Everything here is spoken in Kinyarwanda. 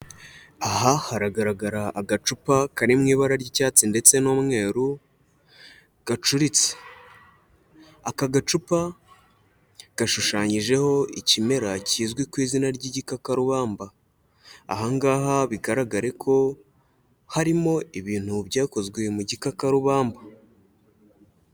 Aha haragaragara agacupa kari mu ibara ry'icyatsi ndetse n'umweru gacuritse, aka gacupa gashushanyijeho ikimera kizwi ku izina ry'igikakarubamba, aha ngaha bigaragare ko harimo ibintu byakozwe mu gikakarubamba.